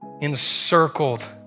encircled